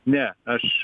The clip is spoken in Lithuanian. ne aš